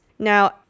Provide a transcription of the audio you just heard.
Now